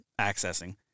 accessing